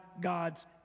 God's